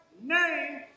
name